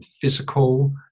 physical